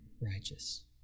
righteous